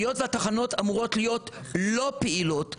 היות והתחנות אמורות להיות לא פעילות,